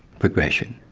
progression.